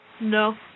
No